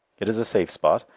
it is a safe spot,